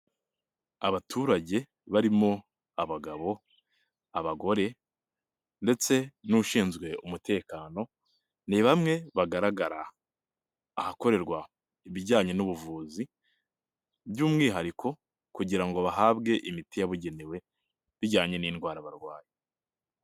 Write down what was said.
Abaturage barimo abagabo, abagore ndetse n'ushinzwe umutekano ni bamwe bagaragara ahakorerwa ibijyanye n'ubuvuzi by'umwihariko kugira ngo bahabwe imiti yabugenewe bijyanye n'indwara barwayi.